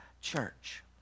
church